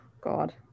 God